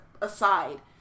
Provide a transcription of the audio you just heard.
aside